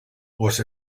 was